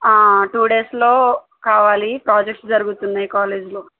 two డేస్లో కావాలి projects జరుగుతున్నాయి కాలేజ్లో